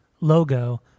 logo